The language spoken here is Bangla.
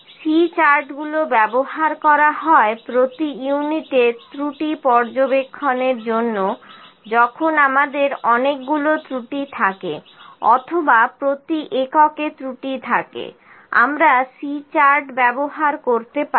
C চার্টগুলো ব্যবহার করা হয় প্রতি ইউনিটে ত্রুটি পর্যবেক্ষণের জন্য যখন আমাদের অনেকগুলি ত্রুটি থাকে অথবা প্রতি এককে ত্রুটি থাকে আমরা C চার্ট ব্যবহার করতে পারি